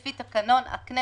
לפי תקנון הכנסת,